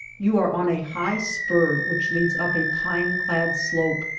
you are on a high spur which leads up a pine-clad slope.